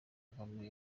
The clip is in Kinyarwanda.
kagame